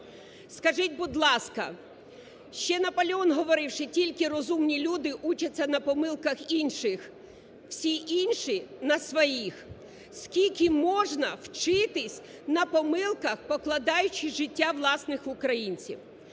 Скажіть, будь ласка, ще Наполеон говорив, що тільки розумні люди вчаться на помилках інших, всі інші – на своїх. Скільки можна вчитись на помилках, покладаючи життя власних українців?